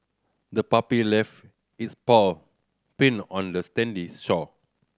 the puppy left its paw print on the shore